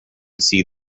see